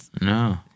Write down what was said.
No